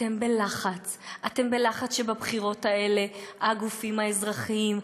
ואתם בלחץ אתם בלחץ שבבחירות האלה הגופים האזרחיים,